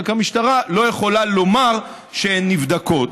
רק המשטרה לא יכולה לומר שהן נבדקות.